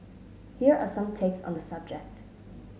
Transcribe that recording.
here are some takes on the subject